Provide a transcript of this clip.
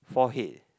forehead